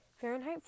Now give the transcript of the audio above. Fahrenheit